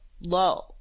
low